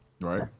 Right